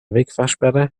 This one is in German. wegfahrsperre